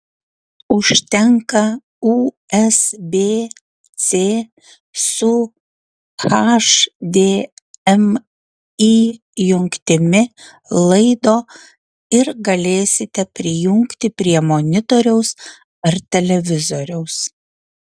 užtenka usb c su hdmi jungtimi laido ir galėsite prijungti prie monitoriaus ar televizoriaus